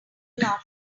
afternoon